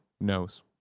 knows